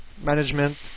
management